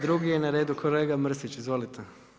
Drugi je na redu kolega Mrsić, izvolite.